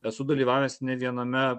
esu dalyvavęs ne viename